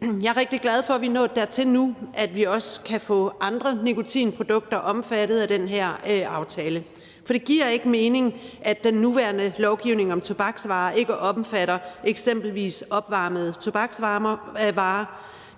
Jeg er rigtig glad for, at vi er nået dertil nu, at vi også kan få andre nikotinprodukter omfattet af den her aftale, for det giver ikke mening, at den nuværende lovgivning om tobaksvarer ikke omfatter eksempelvis opvarmede tobaksvarer, og